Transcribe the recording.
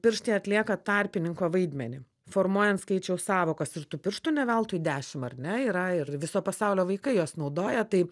pirštai atlieka tarpininko vaidmenį formuojant skaičiaus sąvokas ir tų pirštų neveltui dešimt ar ne yra ir viso pasaulio vaikai juos naudoja tai